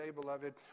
beloved